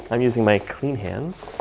i'm using my clean hands.